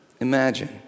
Imagine